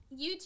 YouTube